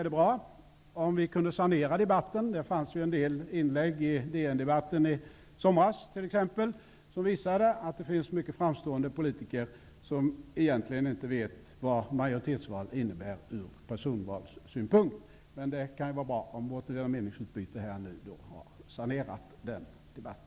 Det fanns t.ex. en del inlägg i DN debatten i somras som visade att det finns mycket framstående politiker som egentligen inte vet vad majoritetsval innebär från personvalssynpunkt. Det kan vara bra om vårt meningsutbyte här har sanerat den debatten.